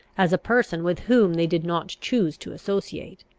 as a person with whom they did not choose to associate.